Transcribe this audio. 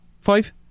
Five